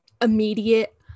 immediate